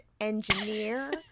engineer